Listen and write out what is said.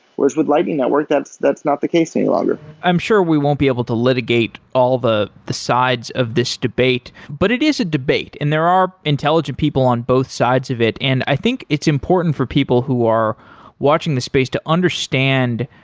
whereas, with lightning network that's that's not the case any longer i'm sure we won't be able to litigate all the the sides of this debate, but it is a debate and there are intelligent people on both sides of it. and i think it's important for people who are watching the space to understand